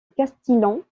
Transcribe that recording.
castillan